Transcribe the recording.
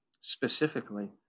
specifically